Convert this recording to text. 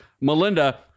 Melinda